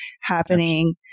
happening